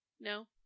no